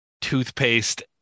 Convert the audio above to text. toothpaste